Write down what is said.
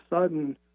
sudden